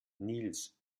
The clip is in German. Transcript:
nils